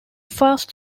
fast